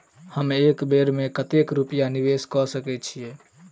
हम एक बेर मे कतेक रूपया निवेश कऽ सकैत छीयै?